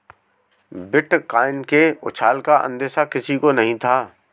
bitcoin के उछाल का अंदेशा किसी को नही था